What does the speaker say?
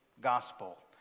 gospel